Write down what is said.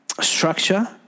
structure